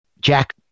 Jack